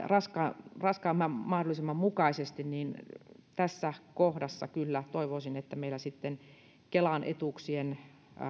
raskaimman raskaimman mahdollisen mukaisesti niin tässä kohdassa kyllä toivoisin että meillä sitten kelan etuuksien